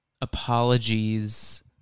apologies